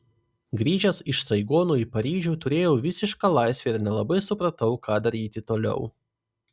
grįžęs iš saigono į paryžių turėjau visišką laisvę ir nelabai supratau ką daryti toliau